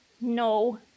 No